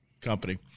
company